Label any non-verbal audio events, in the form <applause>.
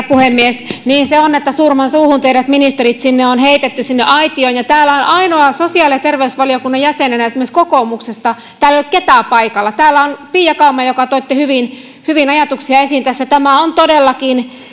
<unintelligible> puhemies niin se on että surman suuhun teidät ministerit on heitetty sinne aitioon ja täällä olen ainoana sosiaali ja terveysvaliokunnan jäsenenä esimerkiksi kokoomuksesta täällä ei ole ketään paikalla mutta täällä on pia kauma joka toitte hyvin ajatuksia esiin tässä tämä on todellakin